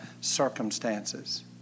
circumstances